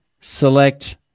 select –